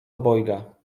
obojga